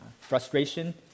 frustration